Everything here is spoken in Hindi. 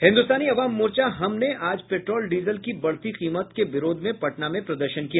हिन्दुस्तानी अवाम मोर्चा हम ने आज पेट्रोल डीजल की बढ़ती कीमत के विरोध में पटना में प्रदर्शन किया